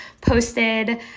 posted